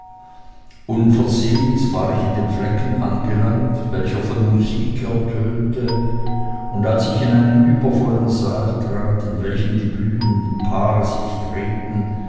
unversehens war ich in dem flecken angelangt welcher von musik ertönte und als ich in einen übervollen saal trat in welchem die blühenden paare sich drehten